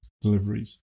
deliveries